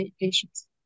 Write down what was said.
patients